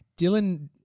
Dylan